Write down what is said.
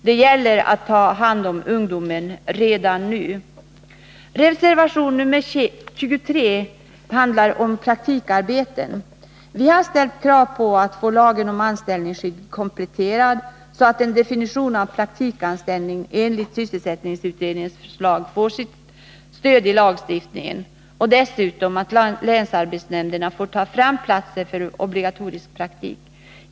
Det gäller att ta hand om ungdomarna redan nu. Reservation 23 handlar om praktikarbeten. Vi har ställt krav på att få lagen om anställningsskydd kompletterad så att en definition av praktikanställning enligt sysselsättningsutredningens förslag får stöd i lagstiftningen och dessutom att länsarbetsnämnderna får ta fram platser för obligatorisk praktik.